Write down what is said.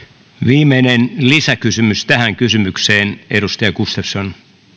viimeinen lisäkysymys tähän kysymykseen edustaja gustafsson